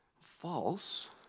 False